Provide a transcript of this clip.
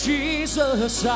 Jesus